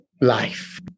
life